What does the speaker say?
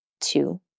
two